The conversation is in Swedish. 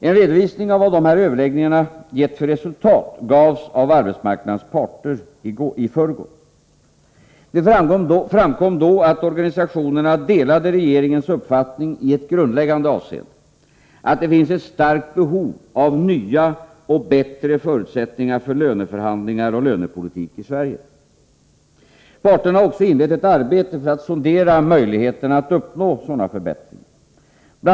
En redovisning av vad de här överläggningarna gett för resultat gavs av arbetsmarknadens parter i förrgår. Det framkom då att organisationerna delade regeringens uppfattning i ett grundläggande avseende, nämligen att det finns ett starkt behov av nya och bättre förutsättningar för löneförhandlingar och lönepolitik i Sverige. Parterna har också inlett ett arbete för att sondera möjligheterna att uppnå Nr 168 sådana förbättringar. Bl.